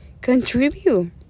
Contribute